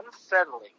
unsettling